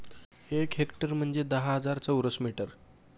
एक हेक्टर म्हणजे दहा हजार चौरस मीटर